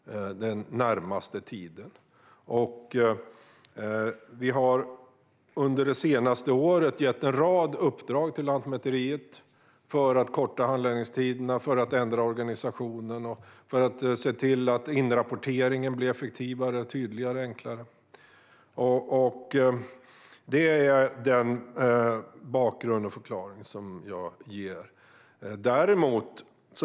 Under det senaste året har vi gett en rad uppdrag till Lantmäteriet för att man ska korta handläggningstiderna, ändra organisationen, se till att inrapporteringen blir effektivare, tydligare och enklare. Det är den bakgrund och förklaring som jag kan ge.